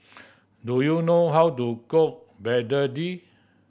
do you know how to cook begedil